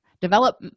develop